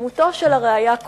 דמותו של הראי"ה קוק.